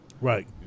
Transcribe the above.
Right